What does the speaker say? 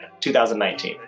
2019